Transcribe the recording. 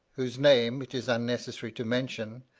whose name it is unnecessary to mention,